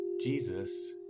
Jesus